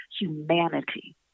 humanity